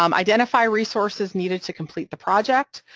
um identify resources needed to complete the project,